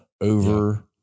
over